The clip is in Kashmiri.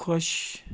خۄش